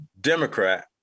Democrat